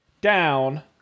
Down